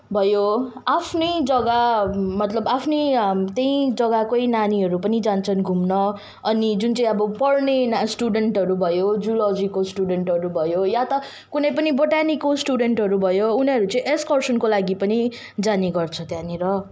भयो आफ्नै जग्गा मतलब आफ्नो त्यहीँ जग्गाकै नानीहरू पनि जान्छन् घुम्न अनि अब जुन चाहिँ अब पढ्ने स्टुडेन्टहरू भयो जूलोजीको स्टुडेन्टहरू भयो या त कुनै पनि बोटानीको स्टुडेन्टहरू भयो उनीहरू चाहिँ एक्सकर्सनको लागि पनि जाने गर्छ त्यहाँनिर